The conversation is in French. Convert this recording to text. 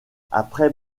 après